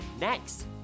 next